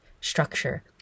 structure